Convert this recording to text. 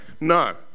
no